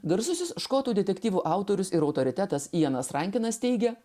garsusis škotų detektyvų autorius ir autoritetas ienas rankenas teigia